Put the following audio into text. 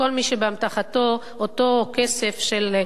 ביקשנו היום לכנס את ועדת הכנסת על מנת,